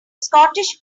scottish